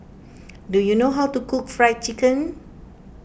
do you know how to cook Fried Chicken